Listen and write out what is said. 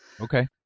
Okay